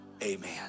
amen